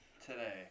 today